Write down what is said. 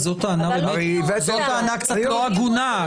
זאת טענה קצת לא הגונה,